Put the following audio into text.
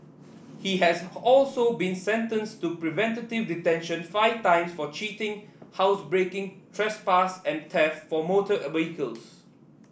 he has also been sentenced to preventive detention five times for cheating housebreaking trespass and theft for motor vehicles